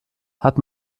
hat